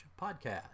Podcast